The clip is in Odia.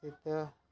ଶୀତ